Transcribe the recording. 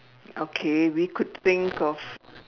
okay we could think of